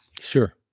sure